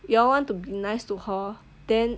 you all want to be nice to her then